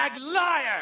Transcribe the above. liar